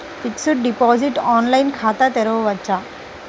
Fixed deposit online ఖాతా తెరువవచ్చా?